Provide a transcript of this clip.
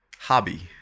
hobby